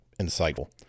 insightful